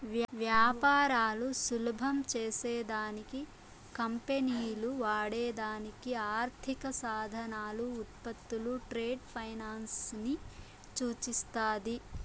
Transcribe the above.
వ్యాపారాలు సులభం చేసే దానికి కంపెనీలు వాడే దానికి ఆర్థిక సాధనాలు, ఉత్పత్తులు ట్రేడ్ ఫైనాన్స్ ని సూచిస్తాది